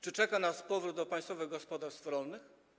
Czy czeka nas powrót do państwowych gospodarstw rolnych?